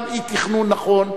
גם אי-תכנון נכון,